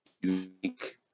unique